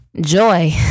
Joy